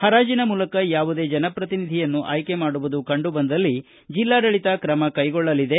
ಪರಾಜಿನ ಮೂಲಕ ಯಾವುದೇ ಜನಪ್ರತಿನಿಧಿಯನ್ನು ಆಯ್ಕೆ ಮಾಡುವುದು ಕಂಡುಬಂದಲ್ಲಿ ಜಿಲ್ಲಾಡಳಿತ ಕ್ರಮ ಕೈಗೊಳ್ಳಲಿದೆ